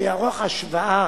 שיערוך השוואה